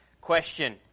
question